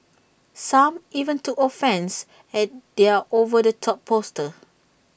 some even took offence at their over the top poster